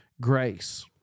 grace